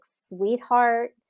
sweetheart